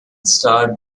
starred